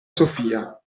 sofia